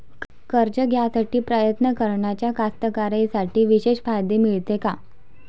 कर्ज घ्यासाठी प्रयत्न करणाऱ्या कास्तकाराइसाठी विशेष फायदे मिळते का?